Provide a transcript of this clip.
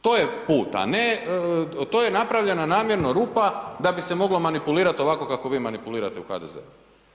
To je put, a ne, to je napravljena namjerno rupa da bi se moglo manipulirati ovako kako vi manipulirate u HDZ-u.